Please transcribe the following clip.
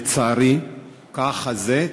לצערי ככה זה,